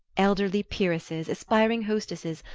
elderly peeresses, aspiring hostesses,